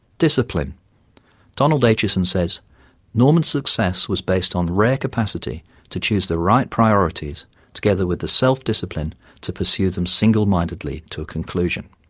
donald acheson says norman's success was based on rare capacity to choose the right priorities together with the self-discipline to pursue them single-mindedly to a conclusion.